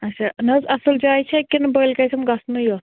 آچھا نَہ حظ اصٕل جاے چھا کِنہٕ بٔلۍ گژھیٚم گژھنُے یوت